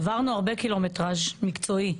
עברנו הרבה קילומטראז' מקצועי,